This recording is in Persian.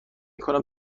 کنم